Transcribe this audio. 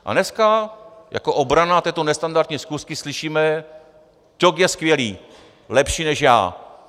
A dneska jako obrana této nestandardní schůzky slyšíme: Ťok je skvělý, lepší než já!